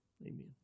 Amen